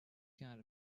kind